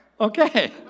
Okay